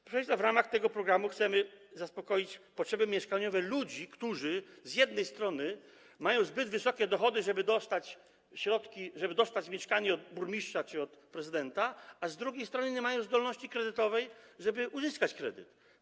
Proszę państwa, w ramach tego programu chcemy zaspokoić potrzeby mieszkaniowe ludzi, którzy z jednej strony mają zbyt wysokie dochody, żeby dostać środki, żeby dostać mieszkanie od burmistrza czy od prezydenta, a z drugiej strony nie mają zdolności kredytowej, żeby uzyskać kredyt.